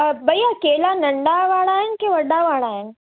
पर भैया केला नंढा वारा आहिनि की वडा वारा आहिनि